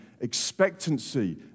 expectancy